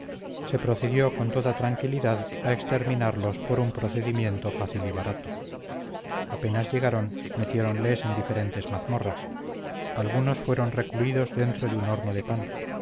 se procedió con toda tranquilidad a exterminarlos por un procedimiento fácil y barato apenas llegaron metiéronles en diferentes mazmorras algunos fueron recluidos dentro de un horno de pan